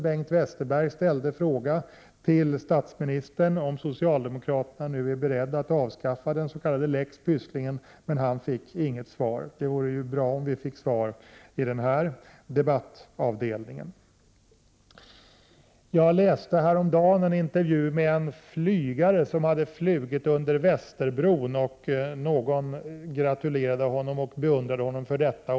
Bengt Westerberg frågade statsministern om socialdemokraterna är beredda att avskaffa lex Pysslingen, men han fick inget svar. Det vore ju bra om vi fick svar i den här debattavdelningen. Jag läste häromdagen en intervju med en flygare som hade flugit under Västerbron i Stockholm. Någon gratulerade och beundrade honom för detta.